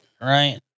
right